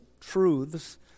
truths